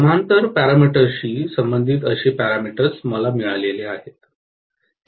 समांतर पॅरामीटर्सशी संबंधित असे पॅरामीटर्स मला मिळाले आहेत